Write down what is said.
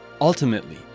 Ultimately